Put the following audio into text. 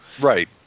Right